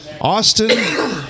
Austin